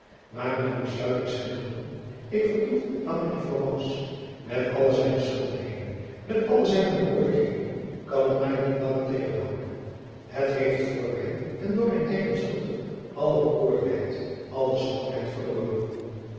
maar mijn besluit is genomen ik vertoef niet langer in florence met alle zijne schoonheden met alle zijne bekoorlijkheden kan het mij niet langer tegenhouden het heeft voor mij en door mijn adriaan loosjes pzn het leven van maurits lijnslager eigen schuld alle bekoorlijkheid alle schoonheid verloren